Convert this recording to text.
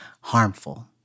harmful